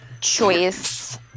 choice